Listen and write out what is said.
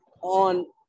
on